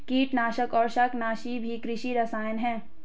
कीटनाशक और शाकनाशी भी कृषि रसायन हैं